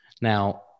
now